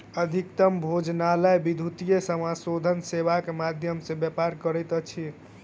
अधिकतम भोजनालय विद्युतीय समाशोधन सेवाक माध्यम सॅ व्यापार करैत अछि